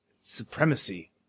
supremacy